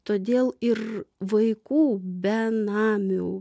todėl ir vaikų benamių